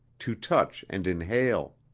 to touch and inhale.